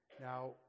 now